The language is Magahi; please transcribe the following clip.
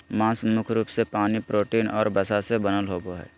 मांस मुख्य रूप से पानी, प्रोटीन और वसा से बनल होबो हइ